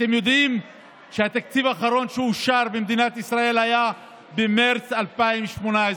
אתם יודעים שהתקציב האחרון שאושר במדינת ישראל היה במרץ 2018?